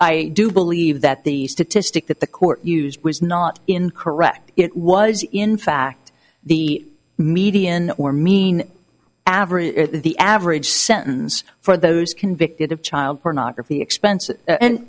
i do believe that the statistic that the court used was not in correct it was in fact the median or mean average the average sentence for those convicted of child pornography expenses and